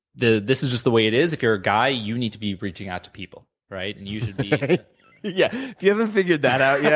this is just the way it is. if you're a guy, you need to be reaching out to people. right? and you should be yeah. if you haven't figured that out, yet,